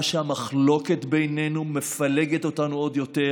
שהמחלוקת בינינו מפלגת אותנו עוד יותר,